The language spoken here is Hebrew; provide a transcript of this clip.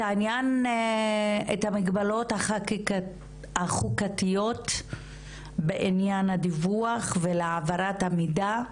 את המגבלות החוקתיות בעניין הדיווח ולהעברת המידע,